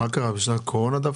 דווקא בשנת קורונה?